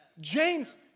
James